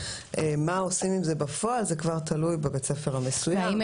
מה עושים עם זה בפועל זה כבר תלוי בבית הספר המסוים,